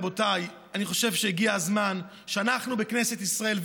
רבותיי: אני חושב שהגיע הזמן שאנחנו בכנסת ישראל,